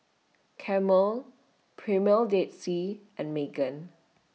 Camel Premier Dead Sea and Megan